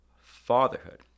fatherhood